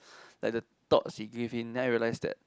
like the thoughts he give in then I realize that